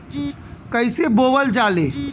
कईसे बोवल जाले?